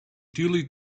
duly